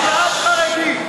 שנאת חרדים.